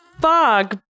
fog